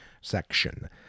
section